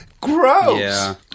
gross